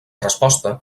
resposta